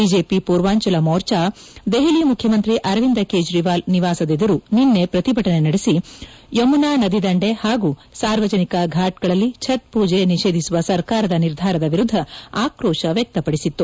BJP Purvanchal Morcha Delhi ಮುಖ್ಯಮಂತ್ರಿ ಅರವಿಂದ ಕೇಜ್ರವಾಲ್ ನಿವಾಸದೆದುರು ನಿನ್ನೆ ಪ್ರತಿಭಟನೆ ನಡೆಸಿ ಯಮುನಾ ನದಿ ದಂಡೆ ಹಾಗೂ ಸಾರ್ವಜನಿಕ ಘಾಟ್ಗಳಲ್ಲಿ ಛತ್ ಪೂಜೆ ನಿಷೇಧಿಸುವ ಸರ್ಕಾರ ನಿರ್ಧಾರದ ವಿರುದ್ದ ಆಕ್ರೋಶ ವ್ಚಕ್ತಪಡಿಸಿತ್ತು